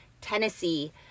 Tennessee